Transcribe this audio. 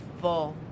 full